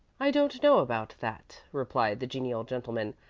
i don't know about that, replied the genial gentleman.